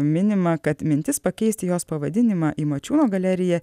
minima kad mintis pakeisti jos pavadinimą į mačiūno galeriją